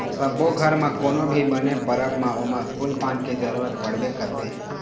सब्बो घर म कोनो भी बने परब म ओमा फूल पान के जरूरत पड़बे करथे